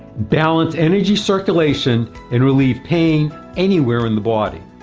balance energy circulation and relieve pain anywhere in the body.